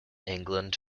england